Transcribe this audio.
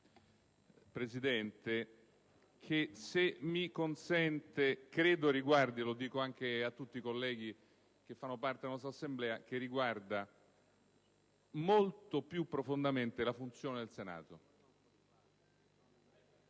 domanda che, se mi consente, credo riguardi - e lo dico anche a tutti i colleghi che fanno parte della nostra Assemblea - molto più profondamente la funzione del Senato.